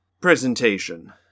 presentation